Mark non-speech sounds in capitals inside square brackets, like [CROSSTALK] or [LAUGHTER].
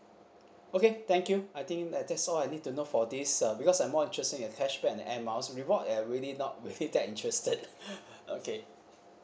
okay thank you I think uh that's all I need to know for this uh because I'm more interested in the cashback and the air miles reward I really not really that interested [LAUGHS] okay